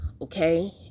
okay